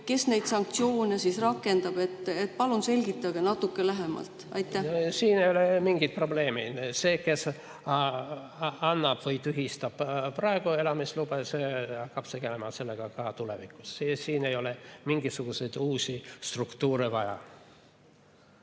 kes neid sanktsioone rakendab? Palun selgitage natuke lähemalt. Siin ei ole mingeid probleeme. See, kes annab või tühistab praegu elamislube, hakkab sellega tegelema ka tulevikus. Siin ei ole mingisuguseid uusi struktuure vaja.